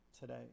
today